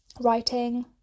writing